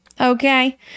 okay